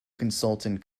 consultant